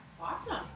Awesome